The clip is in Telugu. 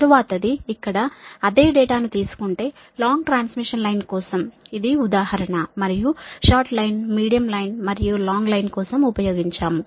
తరువాతది ఇక్కడ అదే డేటాను తీసుకుంటే లాంగ్ ట్రాన్స్మిషన్ లైన్ కోసం ఇది ఉదాహరణ మరియు షార్ట్ లైన్ మీడియం లైన్ మరియు లాంగ్ లైన్ కోసం ఉపయోగించాము